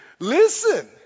Listen